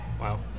Wow